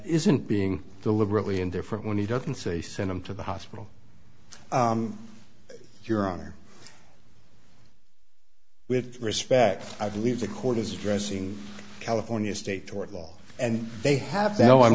isn't being deliberately indifferent when he doesn't say send him to the hospital your honor with respect i believe the court is addressing california state tort law and they have